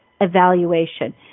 evaluation